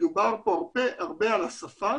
מדובר פה הרבה על השפה,